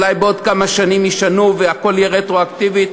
אולי בעוד כמה שנים ישנו והכול יהיה רטרואקטיבית.